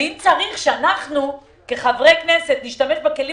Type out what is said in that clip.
ואם צריך שאנחנו כחברי כנסת נשתמש בכלים